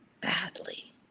badly